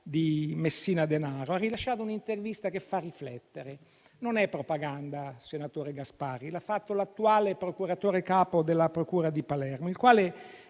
di Messina Denaro, ha rilasciato un'intervista che fa riflettere. Non è propaganda, senatore Gasparri, ma si tratta della dichiarazione dell'attuale procuratore capo della procura di Palermo, il quale